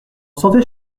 sentait